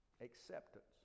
acceptance